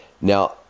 Now